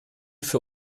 für